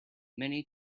many